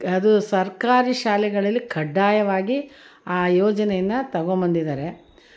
ಅದು ಸರ್ಕಾರಿ ಶಾಲೆಗಳಲ್ಲಿ ಕಡ್ಡಾಯವಾಗಿ ಆ ಯೋಜನೆಯನ್ನು ತಗೊಂಡ್ಬಂದಿದ್ದಾರೆ